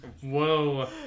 Whoa